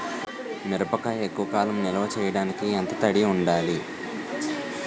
మిరపకాయ ఎక్కువ కాలం నిల్వ చేయటానికి ఎంత తడి ఉండాలి?